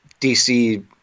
DC